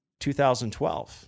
2012